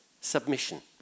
submission